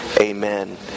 Amen